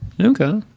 okay